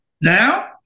Now